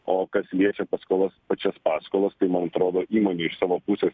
o kas liečia paskolos pačias paskolas tai man atrodo įmonė iš savo pusės